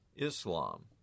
Islam